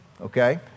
okay